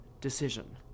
decision